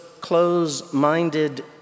close-minded